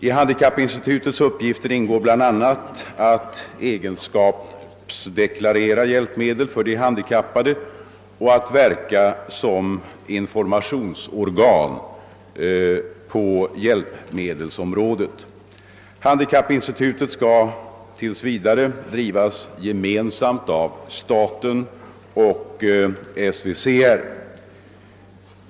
I handikappinstitutets uppgifter ingår bl.a. att egenskapsdeklarera hjälpmedel åt de handikappade och att verka som informationsorgan på hjälpmedelsområdet. Handikappinstitutet skall tills vidare drivas gemensamt av staten och SVCR.